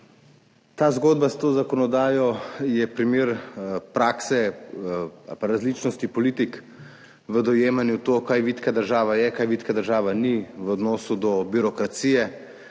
Ta zgodba s to zakonodajo je primer prakse ali pa različnosti politik v dojemanju tega, kaj vitka država je, kaj vitka država ni v odnosu do birokracije,